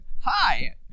hi